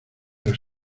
los